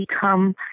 become